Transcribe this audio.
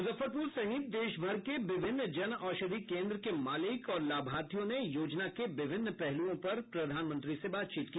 मुजफ्फरपुर सहित देशभर के विभिन्न जनऔषधि केन्द्र के मालिक और लाभार्थियों ने योजना के विभिन्न पहलुओं पर प्रधानमंत्री से बातचीत की